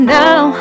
now